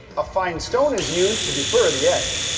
a fine stone is used to deburr the edge.